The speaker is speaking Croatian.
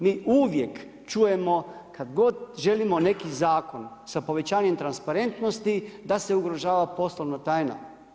Mi uvijek čujemo kad god želimo neki zakon sa povećanjem transparentnosti da se ugrožava poslovna tajna.